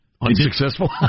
Unsuccessful